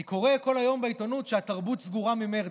אני קורא כל היום בעיתונות שהתרבות סגורה ממרץ.